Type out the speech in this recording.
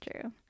true